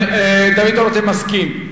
דוד רותם מסכים.